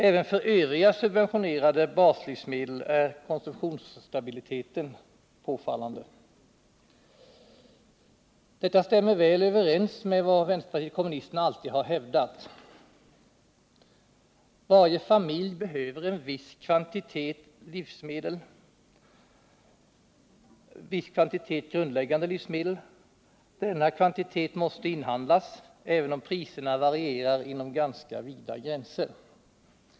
Även för övriga subventionerade baslivsmedel är konsumtionsstabiliteten påfallande. Detta stämmer väl överens med vad vänsterpartiet kommunisterna alltid har hävdat. Varje familj behöver en viss kvantitet grundläggande livsmedel. Denna kvantitet måste inhandlas även om priserna varierar inom ganska vida gränser.